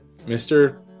Mr